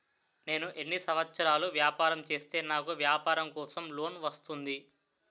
నేను ఎన్ని సంవత్సరాలు వ్యాపారం చేస్తే నాకు వ్యాపారం కోసం లోన్ వస్తుంది?